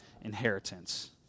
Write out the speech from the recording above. inheritance